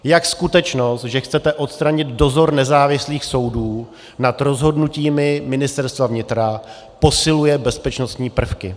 Jak skutečnost, že chcete odstranit dozor nezávislých soudů nad rozhodnutími Ministerstva vnitra, posiluje bezpečnostní prvky.